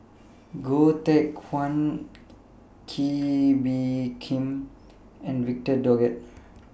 Goh Teck Phuan Kee Bee Khim and Victor Doggett